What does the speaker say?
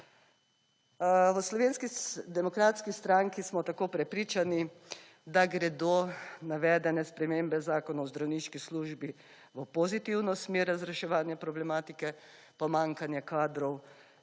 V Slovenski demokratski stranki smo tako prepričani, da gredo navedene spremembe Zakona o zdravniški službi v pozitivno smer razreševanja problematike, pomankanje kadrov